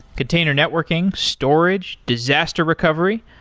container networking, storage, disaster recovery,